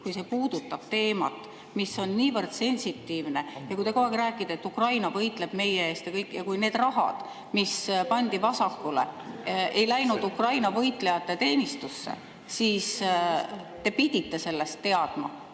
kui see puudutab teemat, mis on niivõrd sensitiivne. Te räägite, kogu aeg räägite, et Ukraina võitleb meie eest ja nii edasi. See raha, mis pandi vasakule ega läinud Ukraina võitlejate teenistusse – te pidite sellest teadma.